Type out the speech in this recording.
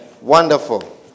Wonderful